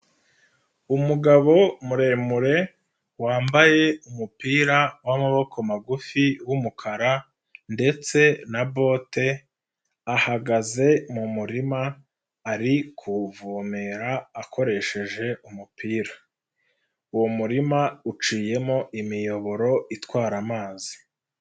Umugabo muremure wambaye umupira w'amaboko magufi w'umukara ndetse na bote ahagaze mu murima ari kuwuvomera akoresheje umupira. Uwo murima uciyemo imiyoboro itwara amazi.